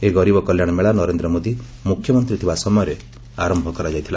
ଏହି ଗରିବ କଲ୍ୟାଣ ମେଳା ନରେନ୍ଦ୍ର ମୋଦି ମୁଖ୍ୟମନ୍ତ୍ରୀ ଥିବା ସମୟରେ ଆରମ୍ଭ କରାଯାଇଥିଲା